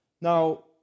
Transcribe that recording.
Now